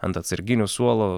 ant atsarginių suolo